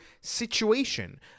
situation